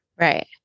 Right